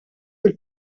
bil